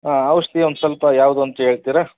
ಔಷಧಿ ಒಂದು ಸ್ವಲ್ಪ ಯಾವುದು ಅಂತ ಹೇಳ್ತಿರಾ